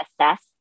assess